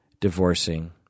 divorcing